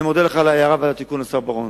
אני מודה לך על ההערה ועל התיקון, השר בר-און.